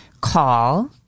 call